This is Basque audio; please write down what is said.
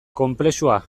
konplexua